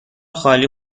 خالی